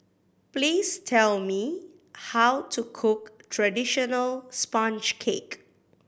please tell me how to cook traditional sponge cake